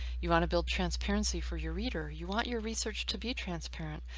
you want to build transparency for your reader. you want your research to be transparent.